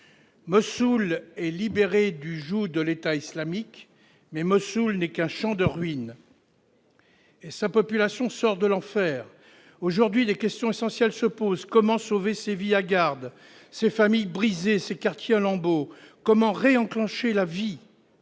Mossoul est libérée du joug de l'État islamique ; mais Mossoul n'est qu'un champ de ruines, et sa population sort de l'enfer. Aujourd'hui, des questions essentielles se posent : comment sauver ces vies hagardes, ces familles brisées, ces quartiers en lambeaux ? Comment réenclencher la vie ?